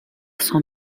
son